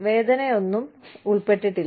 വേദനയൊന്നും ഉൾപ്പെട്ടിട്ടില്ല